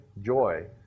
joy